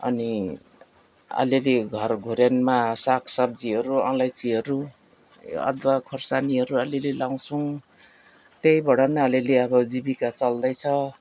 अनि अलिअलि घरघुरेनमा सागसब्जीहरू अलैँचीहरू ए अदुवा खोर्सानीहरू अलिअलि लाउँछौँ त्यहीबाट नै अलिअलि अब जीविका चल्दैछ